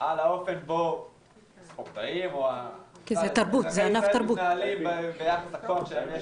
על האופן שבו ספורטאים מתנהלים ביחס לכוח שיש